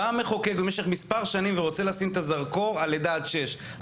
בא המחוקק במשך מספר שנים ורוצה לשים את הזרקור על לידה עד שש,